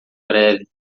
breve